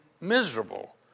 miserable